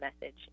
message